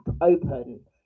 open